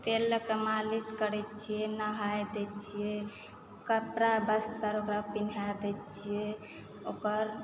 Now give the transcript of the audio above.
तेल लऽके मालिश करैत छियै नहाय दैत छियै कपड़ा बस्तर ओकरा पिन्हाइ दैत छियै ओकर